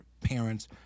parents